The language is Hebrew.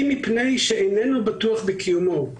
אם מפני שהוא איננו בטוח בקיומו,